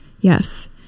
Yes